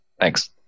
thanks